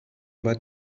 باید